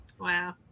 Wow